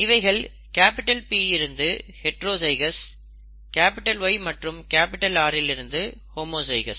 இவைகள் P இல் heterozygous Y மற்றும் R இல் ஹோமோஜைகௌஸ்